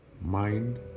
mind